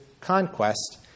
conquest